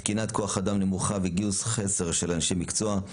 תקינת כוח-אדם נמוכה וגיוס חסר של אנשי מקצוע,